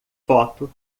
foto